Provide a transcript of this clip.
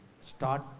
Start